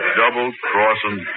double-crossing